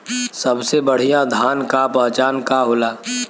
सबसे बढ़ियां धान का पहचान का होला?